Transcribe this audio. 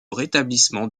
rétablissement